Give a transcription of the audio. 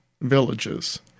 villages